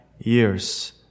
years